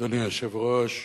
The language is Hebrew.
אדוני היושב-ראש,